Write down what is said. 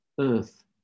earth